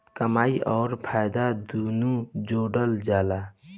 कमाई अउर फायदा दुनू जोड़ल जला